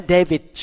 David